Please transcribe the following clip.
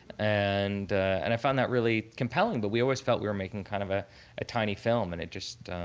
and and i found that really compelling. but we always felt we're making kind of ah a tiny film. and it just,